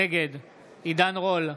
נגד עידן רול,